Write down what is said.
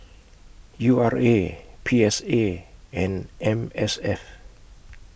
U R A P S A and M S F